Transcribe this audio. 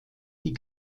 die